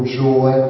joy